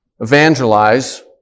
evangelize